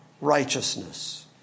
righteousness